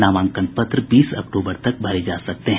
नामांकन पत्र बीस अक्टूबर तक भरे जा सकते हैं